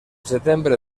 setembre